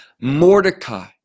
Mordecai